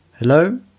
Hello